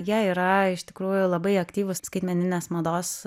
jie yra iš tikrųjų labai aktyvūs skaitmeninės mados